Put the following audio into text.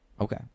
okay